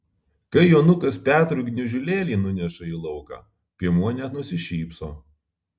kai jonukas petrui gniužulėlį nuneša į lauką piemuo net nusišypso